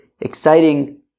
exciting